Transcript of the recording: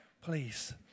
please